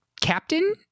captain